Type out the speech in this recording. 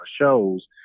shows